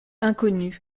inconnue